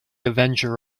avenger